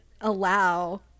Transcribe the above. allow